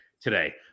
today